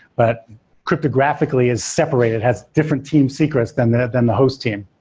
but cryptographically is separated, has different team secrets than the than the host team.